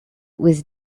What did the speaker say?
was